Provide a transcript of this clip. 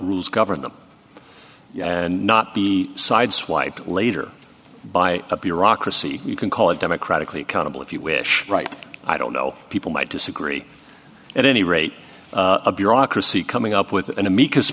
rules govern them and not be sideswiped later by a bureaucracy you can call a democratically accountable if you wish right i don't know people might disagree at any rate a bureaucracy coming up with an amicus